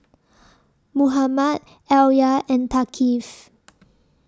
Muhammad Alya and Thaqif